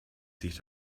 sich